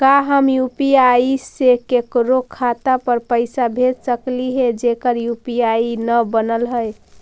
का हम यु.पी.आई से केकरो खाता पर पैसा भेज सकली हे जेकर यु.पी.आई न बनल है?